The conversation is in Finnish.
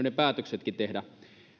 ne päätöksetkin tehdä